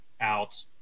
out